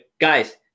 guys